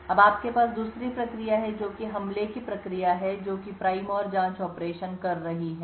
अब आपके पास दूसरी प्रक्रिया है जो कि हमले की प्रक्रिया है जो कि प्राइम और जांच ऑपरेशन कर रही है